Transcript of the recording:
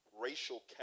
racial